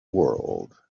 world